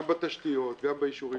גם בתשתיות, גם באישורים.